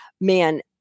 man